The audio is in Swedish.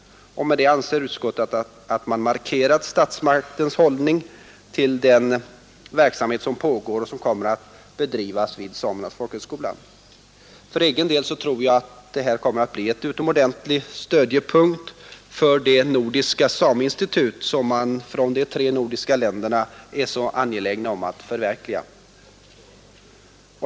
Därmed anser utskottet att man markerat statsmaktens hållning till den verksamhet som pågår och som kommer att bedrivas vid samernas folkhögskola. För egen del tror jag att detta kommer att bli en utomordentlig stödjepunkt för det nordiska sameinstitut som man från de tre nordiska länderna är så angelägen om att förverkliga.